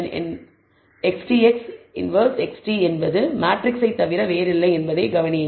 1XT என்பது மேட்ரிக்ஸைத் தவிர வேறில்லை என்பதைக் கவனியுங்கள்